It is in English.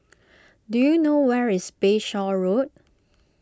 do you know where is Bayshore Road